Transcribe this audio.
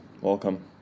Welcome